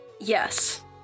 Yes